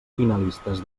finalistes